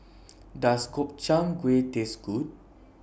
Does Gobchang Gui Taste Good